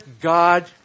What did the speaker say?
God